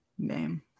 name